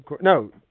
No